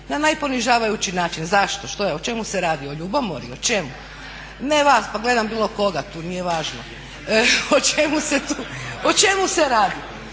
na najponižavajući način. Zašto, što je, o čemu se radi, o ljubomori, o čemu? Ne vas, pa gledam bilo koga tu, nije važno. O čemu se radi?